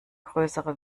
größere